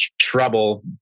trouble